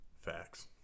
Facts